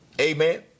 Amen